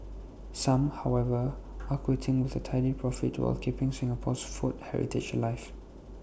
some however are quitting with A tidy profit while keeping Singapore's food heritage alive